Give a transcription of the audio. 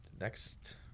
next